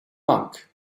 monk